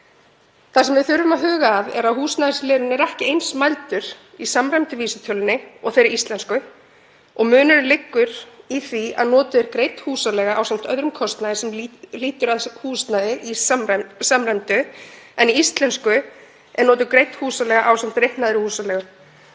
Það sem við þurfum að huga að er að húsnæðisliðurinn er ekki eins mældur í samræmdu vísitölunni og þeirri íslensku. Munurinn liggur í því að notuð er greidd húsaleiga ásamt öðrum kostnaði sem lýtur að húsnæði í samræmdu vísitölunni en í þeirri íslensku er notuð greidd húsaleiga ásamt reiknaðri húsaleigu.